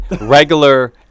regular